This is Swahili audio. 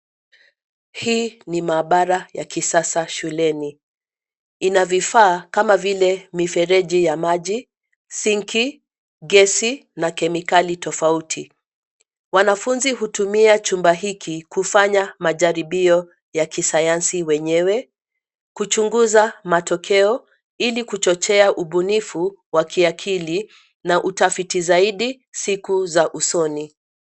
Hii ni maabara ya kisasa shuleni, ina vifaa kama vile mifereji ya maji sinki, gesi na kemikali tofauti. Wanafunzi hutumia chumba hiki kufanya majaribio ya kisayansi wenyewe, kuchunguza matokeo ili kuchochea ubunifu wa kiakili na utafiti zaidi siku za usoni.